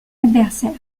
adversaire